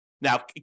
Now